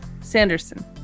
Sanderson